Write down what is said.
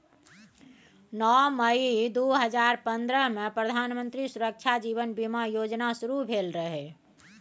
नौ मई दु हजार पंद्रहमे प्रधानमंत्री सुरक्षा जीबन बीमा योजना शुरू भेल रहय